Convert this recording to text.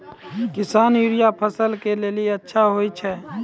किसान यूरिया फसल के लेली अच्छा होय छै?